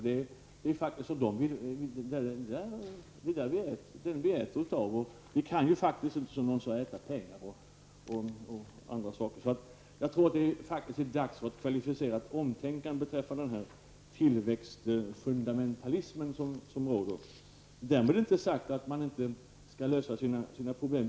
Det är det som vi äter av, och vi kan ju faktiskt inte, som någon sade, äta t.ex. pengar. Jag tror därför att det är dags för ett kvalificerat omtänkande beträffande den tillväxtfundamentalism som råder. Därmed inte sagt att man inte skall lösa sina problem.